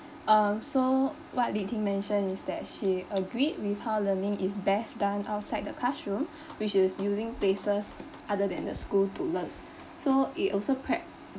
um so what Li-Ting mentioned is that she agreed with how learning is best done outside the classroom which is using places other than the school to learn so it also prep